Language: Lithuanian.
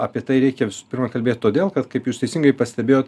apie tai reikia visų pirma kalbėt todėl kad kaip jūs teisingai pastebėjot